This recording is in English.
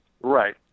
Right